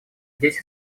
здесь